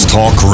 Talk